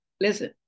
Listen